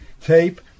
tape